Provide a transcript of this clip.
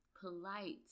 polite